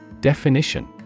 Definition